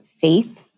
faith